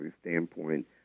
standpoint